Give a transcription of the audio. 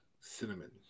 Cinnamon